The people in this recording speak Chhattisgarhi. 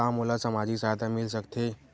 का मोला सामाजिक सहायता मिल सकथे?